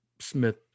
Smith